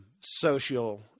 Social